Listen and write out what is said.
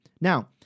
Now